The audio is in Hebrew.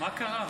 מה קרה?